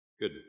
Good